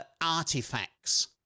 artifacts